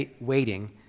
waiting